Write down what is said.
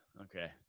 Okay